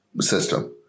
system